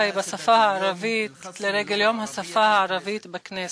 בשפה הערבית לרגל יום השפה הערבית בכנסת.